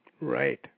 Right